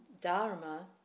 Dharma